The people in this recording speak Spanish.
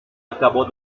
acabó